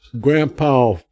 grandpa